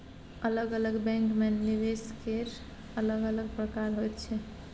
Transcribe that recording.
अलग अलग बैंकमे निवेश केर अलग अलग प्रकार होइत छै